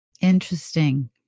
Interesting